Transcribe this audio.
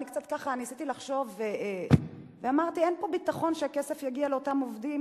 ניסיתי לחשוב ואמרתי: אין פה ביטחון שהכסף יגיע לאותם עובדים,